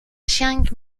chiang